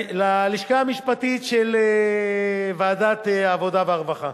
ללשכה המשפטית של ועדת העבודה והרווחה,